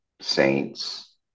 Saints